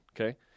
Okay